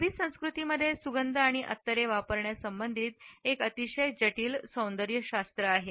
अरबी संस्कृतींमध्ये सुगंध आणि अत्तरे वापरण्यासंबंधित एक अतिशय जटिल सौंदर्यशास्त्र आहे